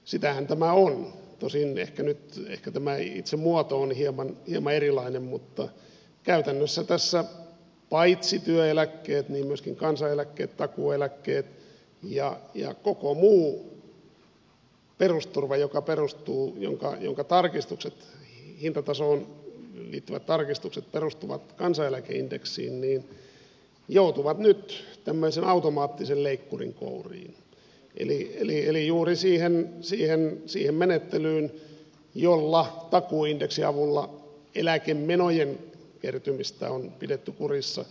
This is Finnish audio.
sitähän tämä on tosin ehkä tämä itse muoto on hieman erilainen mutta käytännössä tässä paitsi työeläkkeet myöskin kansaneläkkeet takuueläkkeet ja koko muu perusturva jonka hintatasoon liittyvät tarkistukset perustuvat kansaneläkeindeksiin joutuvat nyt tämmöisen automaattisen leikkurin kouriin eli juuri siihen menettelyyn jolla takuuindeksin avulla eläkemenojen kertymistä on pidetty kurissa